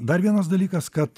dar vienas dalykas kad